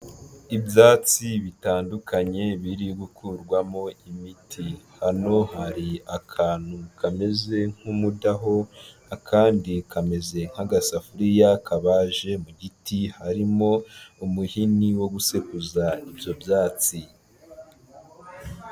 Ibyatsi bitandukanye biri gukurwamo imiti, hano hari akantu kameze nk'umudaho, akandi kameze nk'agasafuriya kabaje mu giti, harimo umuhini wo gusekuza ibyo byatsi.